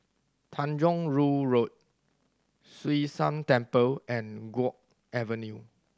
Tanjong Rhu Road Hwee San Temple and Guok Avenue